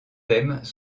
thèmes